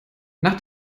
nach